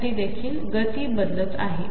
साठीदेखीलगतीबदलआहे